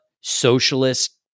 socialist